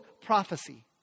prophecy